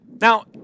Now